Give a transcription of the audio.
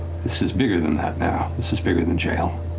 this is bigger than that now. this is bigger than jail.